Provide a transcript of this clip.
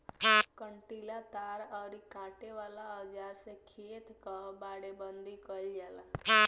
कंटीला तार अउरी काटे वाला औज़ार से खेत कअ बाड़ेबंदी कइल जाला